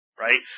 Right